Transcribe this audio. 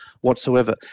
whatsoever